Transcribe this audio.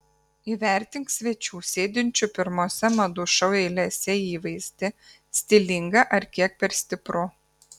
įvertink svečių sėdinčių pirmose madų šou eilėse įvaizdį stilinga ar kiek per stipru